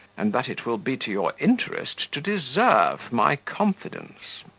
and that it will be to your interest to deserve my confidence.